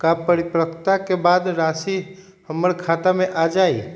का परिपक्वता के बाद राशि हमर खाता में आ जतई?